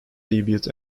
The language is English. debut